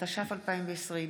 התש"ף 2020,